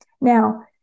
now